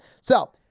So-